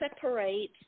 separate